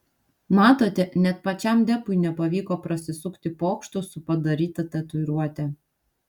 matote net pačiam depui nepavyko prasisukti pokštu su padaryta tatuiruote